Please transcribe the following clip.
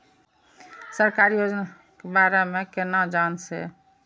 सरकारी योजना के बारे में केना जान से?